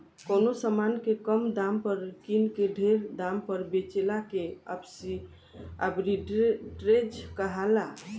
कवनो समान के कम दाम पर किन के ढेर दाम पर बेचला के आर्ब्रिट्रेज कहाला